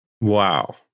Wow